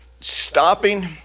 Stopping